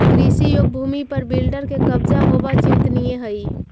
कृषियोग्य भूमि पर बिल्डर के कब्जा होवऽ चिंतनीय हई